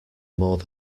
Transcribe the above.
more